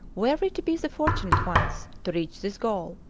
were we to be the fortunate ones to reach this goal,